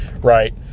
right